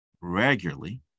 regularly